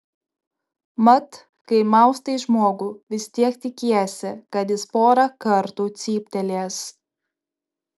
mat kai maustai žmogų vis tiek tikiesi kad jis porą kartų cyptelės